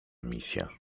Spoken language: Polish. misja